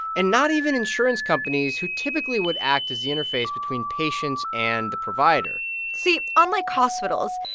and not even insurance companies who typically would act as the interface between patients and the provider see, unlike hospitals,